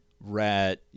Rat